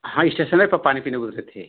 हम स्टेशन पर पानी पीने उतरे थे